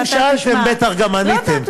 אם שאלתם, בטח גם עניתם.